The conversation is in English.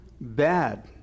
bad